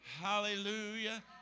Hallelujah